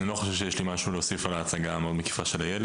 אני לא חושב שיש לי מה להוסיף על ההצגה המקיפה מאוד של איילת.